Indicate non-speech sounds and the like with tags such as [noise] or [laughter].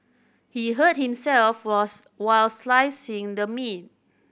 he hurt himself [unintelligible] while slicing the meat